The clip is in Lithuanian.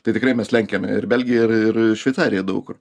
tai tikrai mes lenkiam ir belgiją ir ir šveicariją daug kur